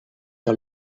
the